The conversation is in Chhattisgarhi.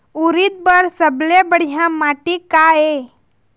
उरीद बर सबले बढ़िया माटी का ये?